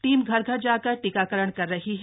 team घर घर जाकर टीकाकरण कर रही है